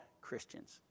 Christians